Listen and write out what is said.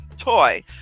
toy